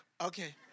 Okay